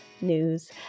news